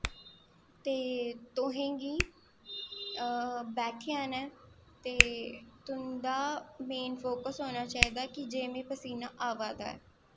ते तुसें गी बैठी जाना ऐ ते तुंदा मेन फोक्स होना चाहिदा की जे मिगी पसीना आवा दा ऐ